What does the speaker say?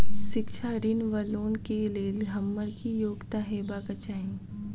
शिक्षा ऋण वा लोन केँ लेल हम्मर की योग्यता हेबाक चाहि?